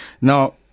now